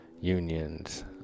unions